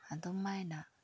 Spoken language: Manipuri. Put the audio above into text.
ꯑꯗꯨꯃꯥꯏꯅ